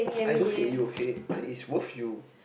I don't okay I is woof you